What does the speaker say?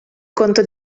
conto